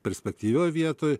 perspektyvioj vietoj